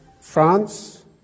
France